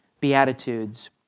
Beatitudes